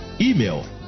Email